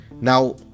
Now